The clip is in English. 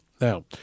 Now